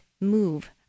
move